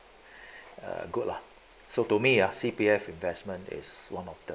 uh good lah so to me ya C_P_F investment is one of the